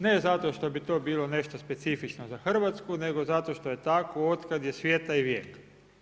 Ne zato što bi to bilo nešto specifično za Hrvatsku, nego zato što je tako od kad je svijeta i vijeka.